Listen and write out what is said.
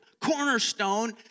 Cornerstone